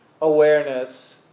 awareness